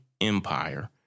Empire